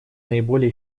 наиболее